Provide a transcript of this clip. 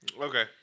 Okay